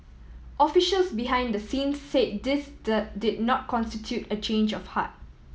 officials behind the scenes say this the did not constitute a change of heart